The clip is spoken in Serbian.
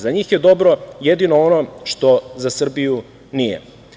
Za njih je dobro jedino ono što za Srbiju nije.